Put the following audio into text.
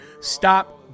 stop